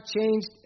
changed